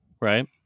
right